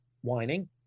whining